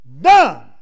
done